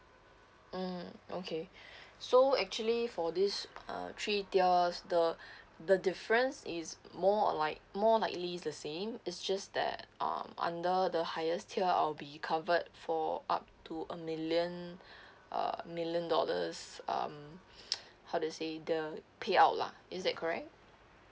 mm okay so actually for this uh three tiers the the difference is more or like more likely the same it's just that um under the highest tier I will be covered for up to a million a million dollars um how to say the payout lah is that correct